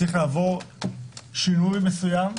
צריך לעבור שינוי מסוים,